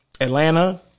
Atlanta